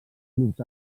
clubs